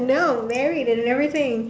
no married and everything